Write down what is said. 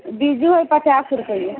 बीजु है पचास रुपैआ